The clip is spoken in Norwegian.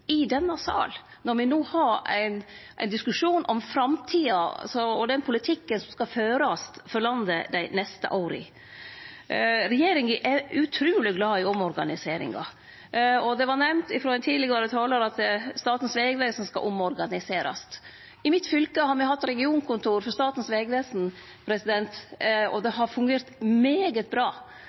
i denne salen, når me no har ein diskusjon om framtida og den politikken som skal førast for landet dei neste åra. Regjeringa er utruleg glad i omorganiseringar. Det vart nemnt av ein tidlegare talar at Statens vegvesen skal omorganiserast. I mitt fylke har me hatt regionkontor for Statens vegvesen, og det har fungert særs bra.